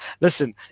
listen